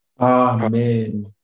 Amen